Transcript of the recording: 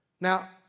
Now